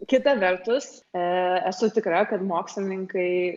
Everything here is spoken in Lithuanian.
kita vertus e esu tikra kad mokslininkai